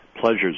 pleasures